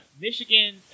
Michigan